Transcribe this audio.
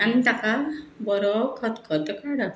आनी ताका बरो खतखतो काडप